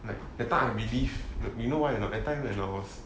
like that time I believe that you know why or not that time I was